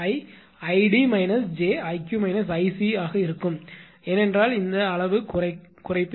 I 𝐼𝑑 − 𝑗𝐼𝑞 − 𝐼𝑐 ஆக இருக்கும் ஏனென்றால் இந்த அளவு குறைப்பு